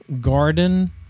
garden